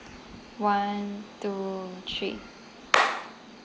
one two three